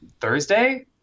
Thursday